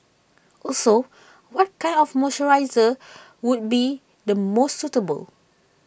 also what kind of moisturiser would be the most suitable